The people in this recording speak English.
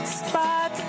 spot